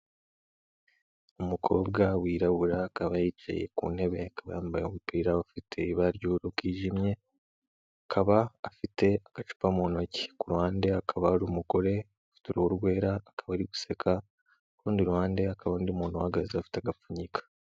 Umukobwa wirabura akaba yicaye ku ntebe, akaba yambaye umupira ufite ibara ry'ubururu bwijimye ,akaba afite agacupa mu ntoki ku ruhande, akaba ari umugore ufite uruhu rwera akaba ari guseka kurundi ruhande, hakaba undi muntu uhagaze afite agapfunyika.